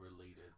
related